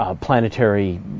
planetary